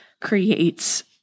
creates